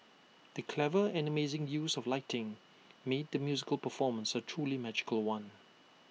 the clever and amazing use of lighting made the musical performance A truly magical one